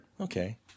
Okay